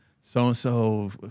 so-and-so